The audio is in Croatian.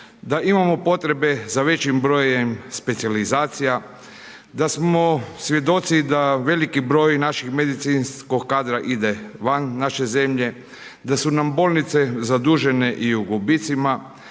Da imamo potrebe za većim specijalizacija, da smo svjedoci da veliki broj naših medicinskog kadra ide van naše zemlje, da su nam bolnice zadužene i u gubicima